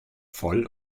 voll